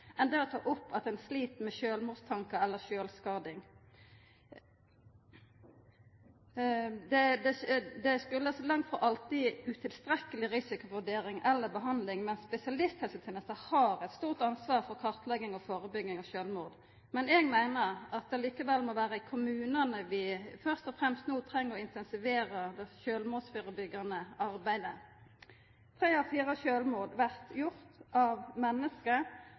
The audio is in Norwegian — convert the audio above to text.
sjølvskading. Sjølvmord kjem langt frå alltid av utilstrekkeleg risikovurdering eller behandling, men spesialisthelsetenesta har eit stort ansvar for kartlegging og førebygging av sjølvmord. Eg meiner at det likevel må vera i kommunane vi først og fremst no treng å intensivera det sjølvmordsførebyggjande arbeidet. Tre av fire sjølvmord blir gjorde av menneske